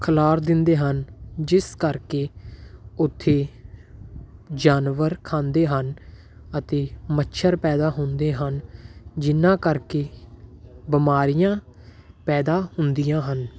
ਖਿਲਾਰ ਦਿੰਦੇ ਹਨ ਜਿਸ ਕਰਕੇ ਉੱਥੇ ਜਾਨਵਰ ਖਾਂਦੇ ਹਨ ਅਤੇ ਮੱਛਰ ਪੈਦਾ ਹੁੰਦੇ ਹਨ ਜਿਹਨਾਂ ਕਰਕੇ ਬਿਮਾਰੀਆਂ ਪੈਦਾ ਹੁੰਦੀਆ ਹਨ